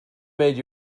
made